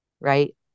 right